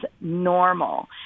normal